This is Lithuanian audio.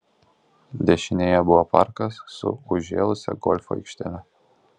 dešinėje buvo parkas su užžėlusia golfo aikštele